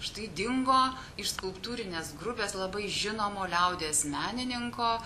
štai dingo iš skulptūrinės grupės labai žinomo liaudies menininko